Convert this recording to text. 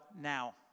now